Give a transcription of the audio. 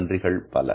நன்றிகள் பல